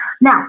Now